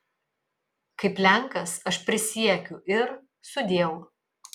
kaip lenkas aš prisiekiu ir sudieu